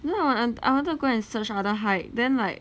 you know like I I want to go and search other hike then like